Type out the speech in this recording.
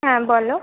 হ্যাঁ বলো